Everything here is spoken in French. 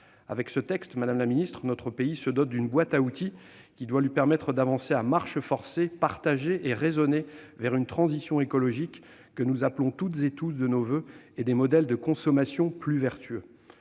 avec ce texte, notre pays se dote d'une boîte à outils qui doit lui permettre d'avancer à marche forcée, partagée et raisonnée vers une transition écologique que nous appelons tous de nos voeux et des modèles de consommation plus vertueux.